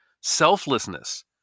Selflessness